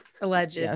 alleged